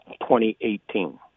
2018